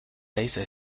laser